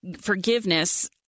forgiveness